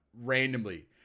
randomly